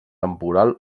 temporal